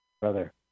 brother